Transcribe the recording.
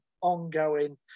ongoing